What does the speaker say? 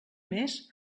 mes